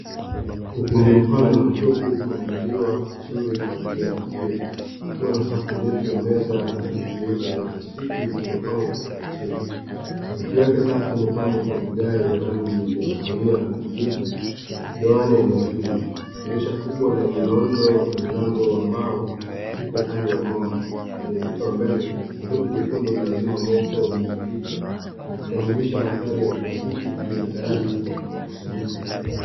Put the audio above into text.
Ukumbi mpana na mtupu umeandaliwa vizuri kwa ajili ya tukio. Ukiwa na safu ndefu ya meza na viti vyeupe vya plastiki vilivyopangwa kwa utaratibu. Sakafu yake safi imepambwa kwa vigae vya rangi ya kahawia na kijivu, vikigawanya eneo hilo. Dirisha kubwa lenye nondo na milango ya mbao viko upande wa nyuma. Kwenye ukuta wa mbele, sanduku jekundu la zima moto limebandikwa, likikamilisha mandhari ya chumba hiki kilicho tayari kwa mkusanyiko.